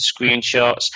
screenshots